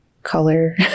color